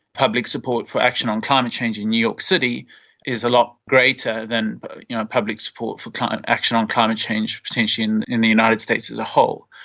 public support for action on climate change in new york city is a lot greater than you know public support for kind of action on climate change potentially in in the united states as a whole.